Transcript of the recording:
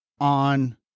on